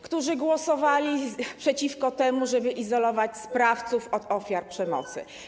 Którzy głosowali przeciwko temu, żeby izolować sprawców od ofiar przemocy.